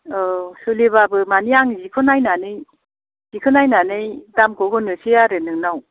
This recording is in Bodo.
औ सोलिबाबो माने आं जिखौ नायनानै जिखौ नायनानै दामखौ होनोसै आरो नोंनाव